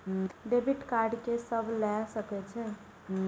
Debit card के सब ले सके छै?